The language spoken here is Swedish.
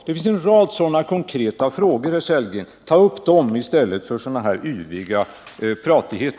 Det finns en rad sådana konkreta frågor att besvara, herr Sellgren. Ta upp dem i stället för en yvig pratighet!